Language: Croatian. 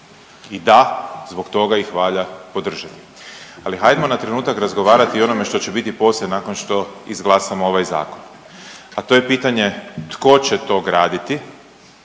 i da, zbog toga ih valja podržati. Ali hajdmo na trenutak razgovarati i o onome što će biti poslije nakon što izglasamo ovaj zakon, a to je pitanje tko će to graditi